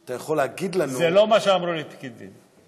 זה לא מה שאמרו לי פקידים.